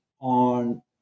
on